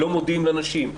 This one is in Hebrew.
לא מודיעים לנשים,